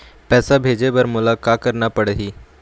पैसा भेजे बर मोला का करना पड़ही?